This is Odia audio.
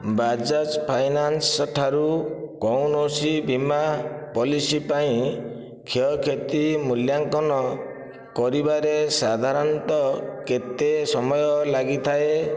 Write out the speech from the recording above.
ବଜାଜ୍ ଫାଇନାନ୍ସ୍ ଠାରୁ କୌଣସି ବୀମା ପଲିସି ପାଇଁ କ୍ଷୟକ୍ଷତି ମୂଲ୍ୟାଙ୍କନ କରିବାରେ ସାଧାରଣତଃ କେତେ ସମୟ ଲାଗିଥାଏ